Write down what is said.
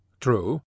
True